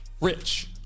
rich